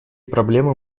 проблемы